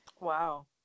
Wow